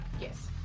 yes